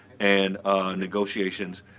and negotiations.